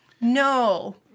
No